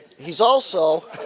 he's also